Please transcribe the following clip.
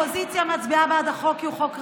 האופוזיציה מצביעה בעד החוק כי הוא חוק ראוי,